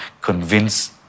convince